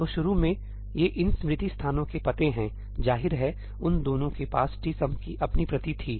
तो शुरू में ये इन स्मृति स्थानों के पते हैं जाहिर है उन दोनों के पास tsum की अपनी प्रति थी